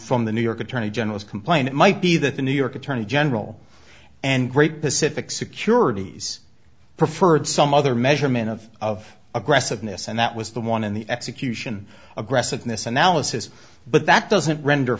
from the new york attorney general's complaint might be that the new york attorney general and great pacific securities preferred some other measurement of aggressiveness and that was the one in the execution aggressiveness analysis but that doesn't render